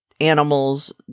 animals